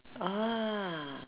ah